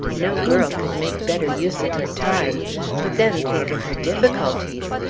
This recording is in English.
no girl could make better use of her time but then, think of her difficulties!